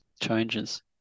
changes